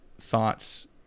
thoughts